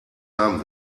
haben